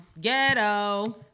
Ghetto